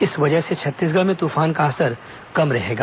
इस वजह छत्तीसगढ़ में तूफान का असर कम रहेगा